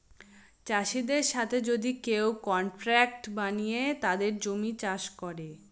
চাষীদের সাথে যদি কেউ কন্ট্রাক্ট বানিয়ে তাদের জমি চাষ করে